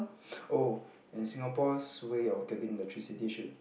oh and Singapore's way of getting electricity should